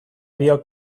biok